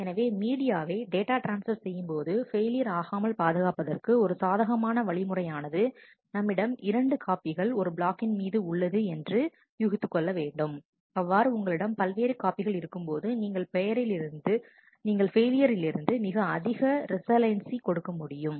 எனவே மீடியாவை data transfer செய்யும்போது ஃபெயிலியர் ஆகாமல் பாதுகாப்பதற்கு ஒரு சாதகமான வழிமுறையானது நம்மிடம் இரண்டு காப்பிகள் ஒரு பிளாக்கின் மீது உள்ளது என்று யூகித்துக் கொள்ள வேண்டும் அவ்வாறு உங்களிடம் பல்வேறு காப்பிகள் இருக்கும் போது நீங்கள் பெயரிலிருந்து இலிருந்து மிக அதிக ரிசலயன்ஸி கொடுக்க முடியும்